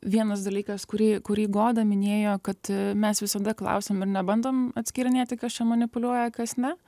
vienas dalykas kurį kurį goda minėjo kad mes visada klausiam ir nebandom atskyrinėti kas čia manipuliuoja kas ne